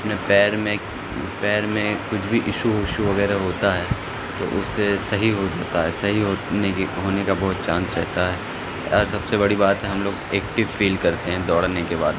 اپنے پیر میں پیر میں کچھ بھی ایشو وشو وغیرہ ہوتا ہے تو اس سے سہی ہو جاتا ہے سہی ہونے کی ہونے کا بوہوت چانس رہتا ہے اور سب سے بڑی بات ہے ہم لوگ ایکٹیو فیل کرتے ہیں دوڑنے کے بعد